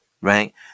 right